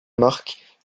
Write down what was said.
marque